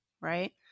right